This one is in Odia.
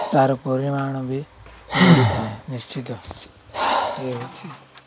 ତା'ର ପରିମାଣ ବି ବଢ଼ିଥାଏ ନିଶ୍ଚିତ ଏ ହେଉଛି